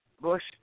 Bush